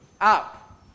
up